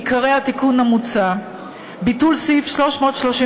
עיקרי התיקון המוצע: ביטול סעיף 332(3)